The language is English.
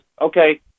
okay